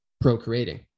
procreating